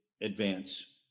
advance